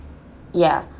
ya